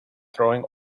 throwing